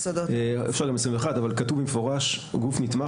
אפשר גם 21 אבל כתוב במפורש גוף נתמך